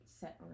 set